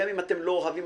גם אם אתם לא אוהבים,